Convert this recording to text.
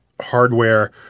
hardware